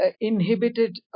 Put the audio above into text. inhibited